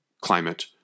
climate